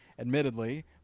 Admittedly